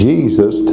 Jesus